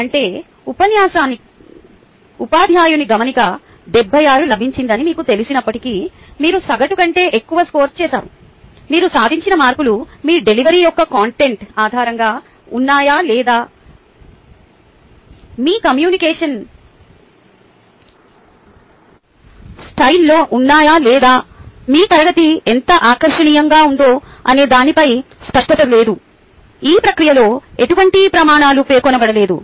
అంటే ఉపాధ్యాయునిగా మీకు 76 లభించిందని మీకు తెలిసినప్పటికీ మీరు సగటు కంటే ఎక్కువ స్కోర్ చేసారు మీరు సాధించిన మార్కులు మీ డెలివరీ యొక్క కంటెంట్ ఆధారంగా ఉన్నాయా లేదా మీ కమ్యూనికేషన్ స్టైల్లో ఉన్నాయా లేదా మీ తరగతి ఎంత ఆకర్షణీయంగా ఉందో అనే దానిపై స్పష్టత లేదు ఈ ప్రక్రియలో ఎటువంటి ప్రమాణాలు పేర్కొనబడలేదు